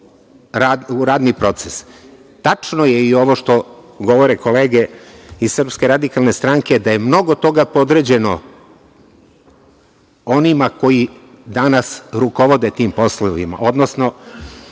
radni proces. Tačno je i ovo što govore kolege iz SRS da je mnogo toga podređeno onima koji danas rukovode tim poslovima, odnosno